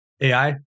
AI